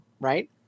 right